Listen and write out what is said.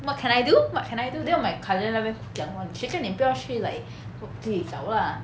what can I do what can I do then my cousin 在那边讲话谁叫你不要去 like 自己找 lah